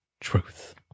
truth